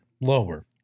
lower